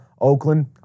Oakland